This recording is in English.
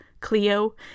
Cleo